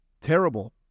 terrible